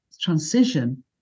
transition